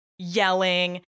yelling